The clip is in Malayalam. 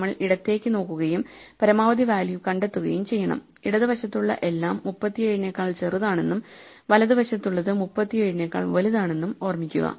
നമ്മൾ ഇടത്തേക്ക് നോക്കുകയും പരമാവധി വാല്യൂ കണ്ടെത്തുകയും ചെയ്യണം ഇടത് വശത്തുള്ള എല്ലാം 37 നെക്കാൾ ചെറുതാണെന്നും വലതുവശത്തുള്ളത് 37 നെക്കാൾ വലുതാണെന്നും ഓർമ്മിക്കുക